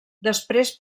després